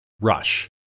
Rush